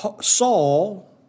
Saul